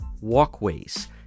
walkways